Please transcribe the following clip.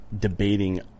debating